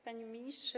Panie Ministrze!